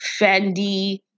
Fendi